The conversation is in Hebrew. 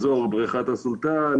אזור בריכת השולטן,